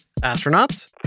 astronauts